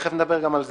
תכף נדבר גם על זה.